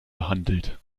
behandelt